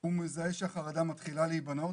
הוא מזהה שהחרדה מתחילה להיבנות